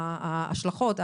ההשלכות,